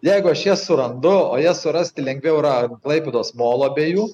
jeigu aš jas surandu o jas surasti lengviau yra ant klaipėdos molų abiejų